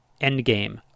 endgame